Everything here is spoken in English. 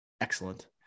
excellent